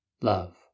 love